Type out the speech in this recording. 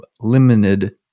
limited